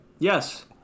Yes